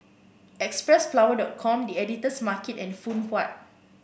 Xpressflower dot com The Editor's Market and Phoon Huat